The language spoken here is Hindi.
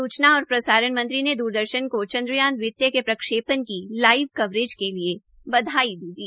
सूचना और प्रसारण मंत्री ने द्रदर्शन को चन्द्रयान दवितीय के प्रक्षेपण की लाइव कवरेज के लिये बधाई दी